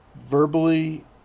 Verbally